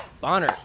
Bonner